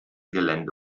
gelände